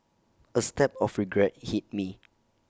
A stab of regret hit me